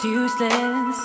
useless